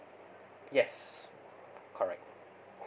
yes correct